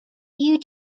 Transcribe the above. you